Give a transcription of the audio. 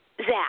Zach